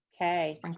Okay